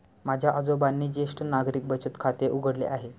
माझ्या आजोबांनी ज्येष्ठ नागरिक बचत खाते उघडले आहे